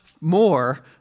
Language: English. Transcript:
more